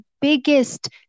biggest